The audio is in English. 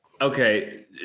Okay